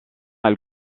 elle